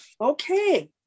Okay